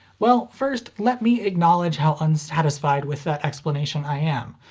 well first let me acknowledge how unsatisfied with that explanation i am.